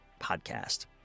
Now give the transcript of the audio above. podcast